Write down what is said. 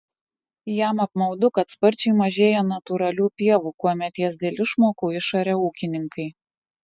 jam apmaudu kad sparčiai mažėja natūralių pievų kuomet jas dėl išmokų išaria ūkininkai